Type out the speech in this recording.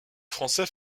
français